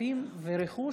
כספים ורכוש,